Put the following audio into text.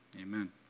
Amen